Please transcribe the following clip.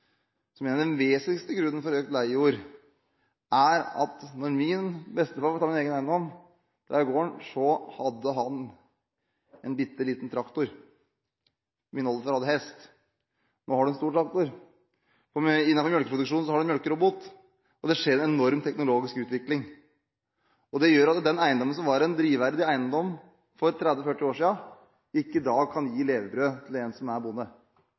jeg mener er den vesentligste grunnen for økt leiejord, er at da min bestefar – for å ta min egen eiendom – drev gården, hadde han en bitte liten traktor, min oldefar hadde hest. Nå har man en stor traktor, og innenfor melkeproduksjonen har man melkerobot. Det har skjedd en enorm teknologisk utvikling. Det gjør at den eiendommen som var en drivverdig eiendom for 30–40 år siden, i dag ikke kan gi levebrød til en som er bonde.